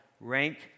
rank